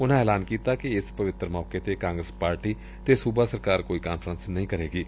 ਉਨਾਂ ਐਲਾਨ ਕੀਤਾ ਕਿ ਇਸ ਪਵਿੱਤਰ ਮੌਕੇ ਤੇ ਕਾਂਗਰਸ ਪਾਰਟੀ ਤੇ ਸੁਬਾ ਸਰਕਾਰ ਕੋਈ ਕਾਨਫਰੰਸ ਨਹੀਂ ਕਰੇਂਗੀ